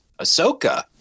ahsoka